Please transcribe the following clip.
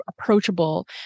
approachable